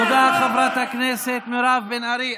תודה, חברת הכנסת מירב בן ארי.